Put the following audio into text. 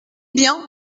bien